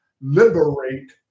liberate